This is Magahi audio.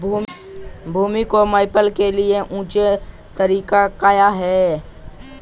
भूमि को मैपल के लिए ऊंचे तरीका काया है?